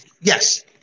Yes